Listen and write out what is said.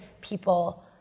people